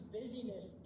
busyness